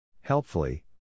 Helpfully